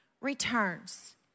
returns